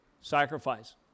sacrifice